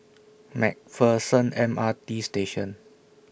MacPherson M R T Station